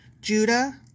Judah